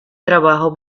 trabajo